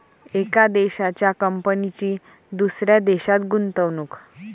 एका देशाच्या कंपनीची दुसऱ्या देशात गुंतवणूक